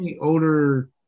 older